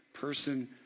person